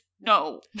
no